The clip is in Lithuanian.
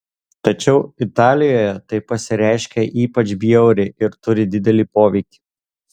tačiau italijoje tai pasireiškia ypač bjauriai ir turi didelį poveikį